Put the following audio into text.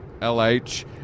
LH